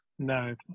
No